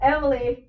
Emily